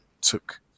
took